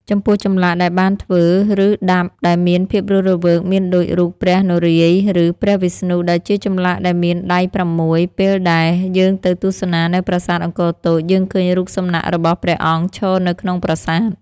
ចំពោះចម្លាក់ដែលបានធ្វើឬដាប់ដែលមានភាពរស់រវើកមានដូចរូបព្រះនរាយណ៍ឬព្រះវិស្ណុដែលជាចម្លាក់ដែលមានដៃ៦ពេលដែលយើងទៅទស្សនានៅប្រាសាទអង្គរតូចយើងឃើញរូបសំណាក់របស់ព្រះអង្គឈរនៅក្នុងប្រាសាទ។